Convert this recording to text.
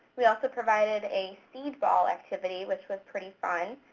we also provided a seed ball activity, which was pretty fun.